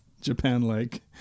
Japan-like